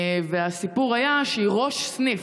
והסיפור היה שהיא ראש סניף,